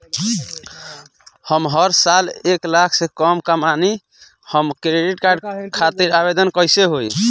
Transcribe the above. हम हर साल एक लाख से कम कमाली हम क्रेडिट कार्ड खातिर आवेदन कैसे होइ?